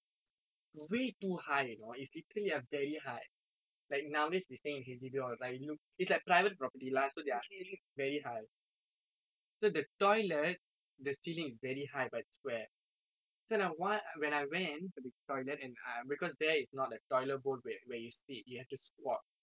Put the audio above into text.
way too high you know it's literally a very high like nowadays we staying in H_D_B all the time it look it's like private property lah so their ceiling is very high so the toilet the ceilings is very high but square so I want when I went to the toilet and I because there is not a toilet bowl where where you sit you have to squat